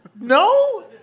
no